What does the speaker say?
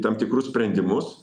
tam tikrus sprendimus